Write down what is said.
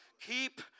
Keep